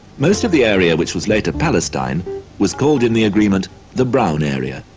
most of the area which was later palestine was called in the agreement the brown area.